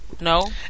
No